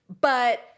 But-